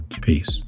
Peace